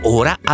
ora